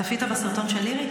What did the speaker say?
צפית בסרטון של לירי,